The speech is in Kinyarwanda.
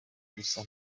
gusa